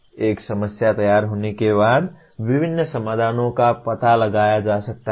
एक समस्या तैयार होने के बाद विभिन्न समाधानों का पता लगाया जा सकता है